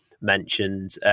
mentioned